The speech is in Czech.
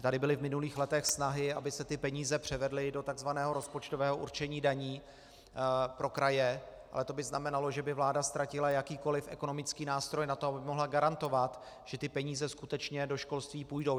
Tady byly v minulých letech snahy, aby se ty peníze převedly do takzvaného rozpočtového určení daní pro kraje, ale to by znamenalo, že by vláda ztratila jakýkoliv ekonomický nástroj na to, aby mohla garantovat, že ty peníze do školství skutečně půjdou.